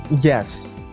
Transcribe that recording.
Yes